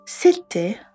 c'était